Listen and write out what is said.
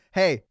hey